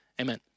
Amen